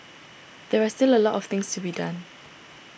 there are still a lot of things to be done